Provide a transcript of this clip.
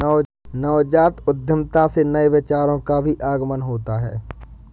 नवजात उद्यमिता से नए विचारों का भी आगमन होता है